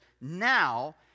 now